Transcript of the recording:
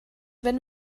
wenn